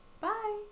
bye